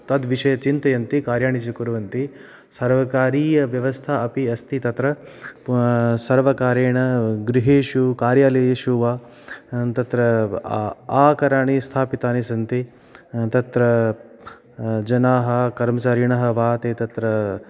तद् विषये चिन्तयन्ति कार्याणि च कुर्वन्ति सर्वकारीयव्यवस्था अपि अस्ति तत्र सर्वकारेण गृहेषु कार्यालयेषु वा तत्र आकरणे स्थापितानि सन्ति तत्र जनाः कर्मचारिणः वा ते तत्र